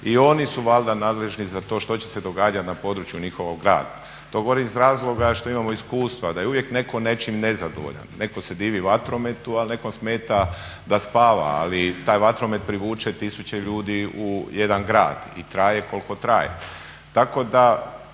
i oni su valjda nadležni za to što će se događati na području njihovog grada. To govorim iz razloga što imamo iskustva da je uvijek netko nečim nezadovoljan. Neko se divi vatrometu, ali nekom smeta da spava, ali taj vatromet privuče tisuće ljudi u jedan grad i traje koliko traje.